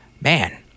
man